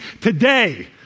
today